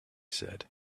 said